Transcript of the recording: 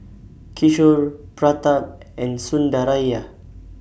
Kishore Pratap and Sundaraiah